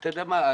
אתה יודע מה?